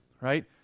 right